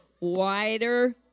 wider